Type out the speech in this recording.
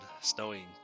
snowing